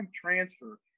transfer